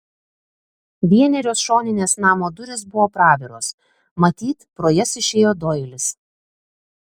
vienerios šoninės namo durys buvo praviros matyt pro jas išėjo doilis